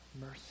mercy